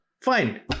Fine